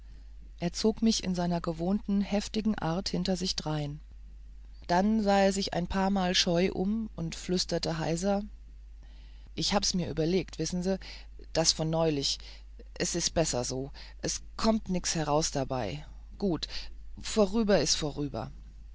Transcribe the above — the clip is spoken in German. er zog mich in seiner gewohnten heftigen art hinter sich drein dann sah er sich ein paarmal scheu um und flüsterte heiser ich hab mir's überlegt wissen sie das von neilich es is besser so es kommt nix hereaus dabei gut vorüber is vorüber